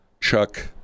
Chuck